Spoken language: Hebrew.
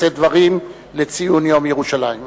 לשאת דברים לציון יום ירושלים.